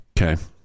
okay